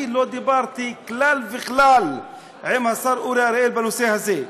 אני לא דיברתי כלל וכלל עם השר אורי אריאל בנושא הזה.